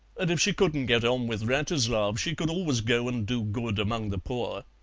and if she couldn't get on with wratislav she could always go and do good among the poor.